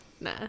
nah